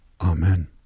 Amen